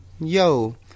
Yo